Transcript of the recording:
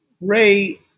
Ray